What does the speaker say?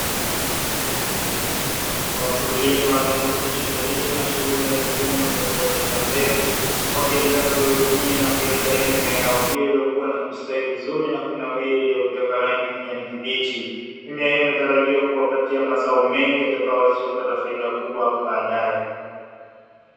Wakulima walio amua kujishughulisha na shughuli za kilimo cha kuotesha mbegu wakiendelea kuihudumia mimea hiyo iliyokua na kustawi vizuri na kunawiri kwa rangi ya kijani kibichi. Mimea hiyo inayotarajiwa kuwapatia mazao mengi yatakayo wawezesha kupata faida kubwa hapo baadae.